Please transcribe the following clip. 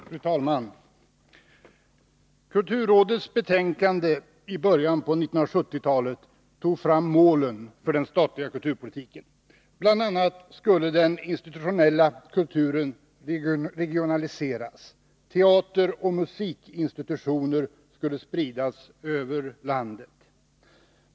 Fru talman! Kulturrådets betänkande i början av 1970-talet tog fram målen för den statliga kulturpolitiken. BI. a. skulle den institutionella kulturen regionaliseras. Teateroch musikinstitutioner skulle spridas över landet.